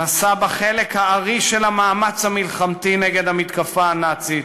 נשא בחלק הארי של המאמץ המלחמתי נגד המתקפה הנאצית